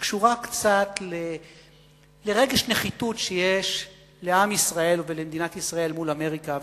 שקשורה קצת לרגש נחיתות שיש לעם ישראל ולמדינת ישראל מול אמריקה.